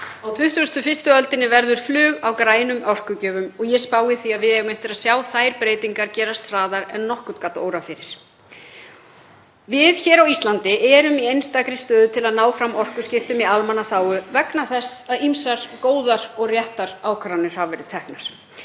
Á 21. öldinni verður flug á grænum orkugjöfum og ég spái því að við eigum eftir að sjá þær breytingar gerast hraðar en nokkurn gat órað fyrir. Við hér á Íslandi erum í einstakri stöðu til að ná fram orkuskiptum í almannaþágu vegna þess að góðar og réttar ákvarðanir hafa verið teknar.